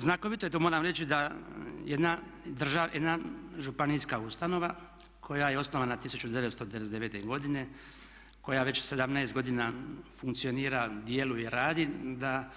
Znakovito je to moram reći da jedna županijska ustanova koja je osnovana 1999.godine koja već 17 godina funkcionira, djeluje, radi da